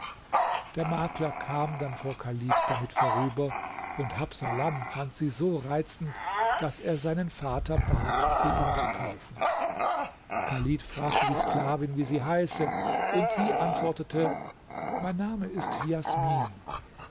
der makler kam dann vor chalid damit vorüber und habsalam fand sie so reizend daß er seinen vater bat sie ihm zu kaufen chalid fragte die sklavin wie sie heiße und sie antwortete mein name ist jasmin